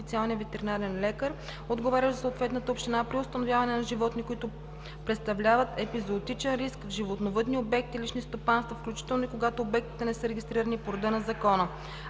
официалния ветеринарен лекар, отговарящ за съответната община, при установяване на животни, които представляват епизоотичен риск в животновъдни обекти – лични стопанства, включително и когато обектите не са регистрирани по реда на закона.